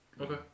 Okay